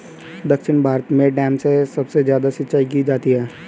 दक्षिण भारत में डैम से सबसे ज्यादा सिंचाई की जाती है